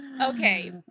Okay